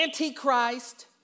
antichrist